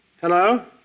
Hello